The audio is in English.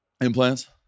Implants